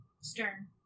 Stern